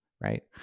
right